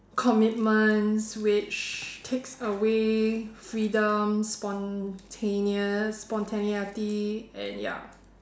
commitments which takes away freedom spontaneous spontaneity and ya